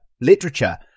Literature